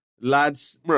Lads